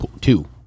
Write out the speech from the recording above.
two